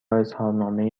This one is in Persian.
اظهارنامه